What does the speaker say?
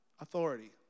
authority